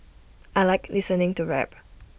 I Like listening to rap